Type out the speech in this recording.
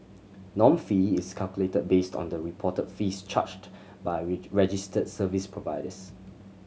norm fee is calculated based on the reported fees charged by registered service providers